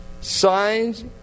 signs